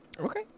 okay